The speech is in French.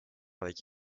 avec